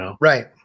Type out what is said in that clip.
Right